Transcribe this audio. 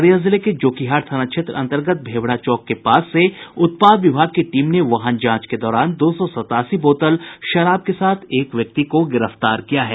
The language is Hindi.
अररिया जिले के जोकीहाट थाना क्षेत्र अंतर्गत भेभड़ा चौक के पास से उत्पाद विभाग की टीम ने वाहन जांच के दौरान दो सौ सतासी बोतल शराब के साथ एक व्यक्ति को गिरफ्तार किया है